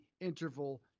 interval